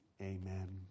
Amen